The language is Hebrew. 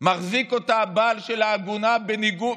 מחזיק אותה הבעל שלה עגונה בניגוד,